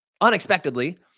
unexpectedly